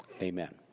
Amen